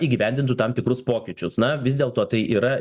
įgyvendintų tam tikrus pokyčius na vis dėlto tai yra